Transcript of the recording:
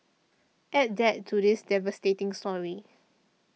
add that to this devastating story